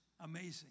amazing